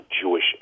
Jewish